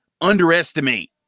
underestimate